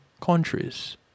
countries